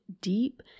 deep